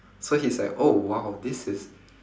so he's like oh !wow! this is